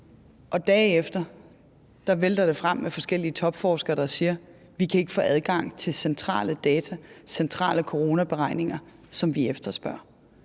dagene efter vælter frem med forskellige topforskere, der siger: Vi kan ikke få adgang til centrale data, centrale coronaberegninger, som vi efterspørger.